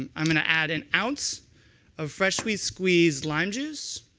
um i'm going to add an ounce of freshly-squeezed lime juice.